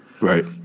right